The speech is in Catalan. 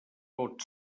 pot